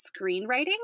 screenwriting